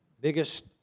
Biggest